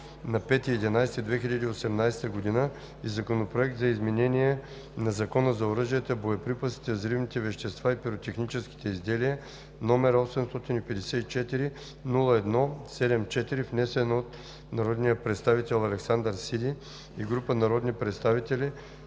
ноември 2018 г., и Законопроект за изменение на Закона за оръжията, боеприпасите, взривните вещества и пиротехническите изделия, № 854-01-74, внесен от народния представител Александър Сиди и група народни представители